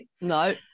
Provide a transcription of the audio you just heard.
No